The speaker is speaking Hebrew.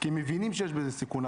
כי מבינים שיש בזה סיכון.